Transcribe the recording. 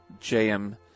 JM